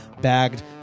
bagged